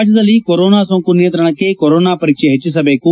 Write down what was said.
ರಾಜ್ಯದಲ್ಲಿ ಕೊರೊನಾ ಸೋಂಕು ನಿಯಂತ್ರಣಕ್ಕೆ ಕೊರೊನಾ ಪರೀಕ್ಷೆ ಹೆಚ್ಚಿಸಬೇಕು